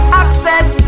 access